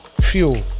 fuel